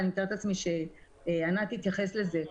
ואני מתארת לעצמי שעינת תתייחס לזה,